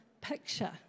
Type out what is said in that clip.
picture